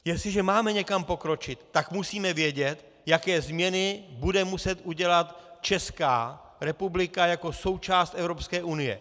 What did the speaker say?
Jestliže máme někam pokročit, tak musíme vědět, jaké změny bude muset udělat Česká republika jako součást Evropské unie.